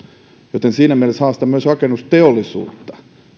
joten siinä mielessä haastan myös rakennusteollisuutta